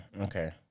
Okay